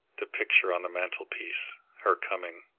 the picture on the mantelpiece, her coming.